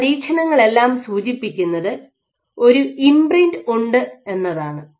ഈ പരീക്ഷണങ്ങളെല്ലാം സൂചിപ്പിക്കുന്നത് ഒരു ഇമ്പ്രിൻ്റ് ഉണ്ട് എന്നതാണ്